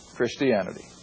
Christianity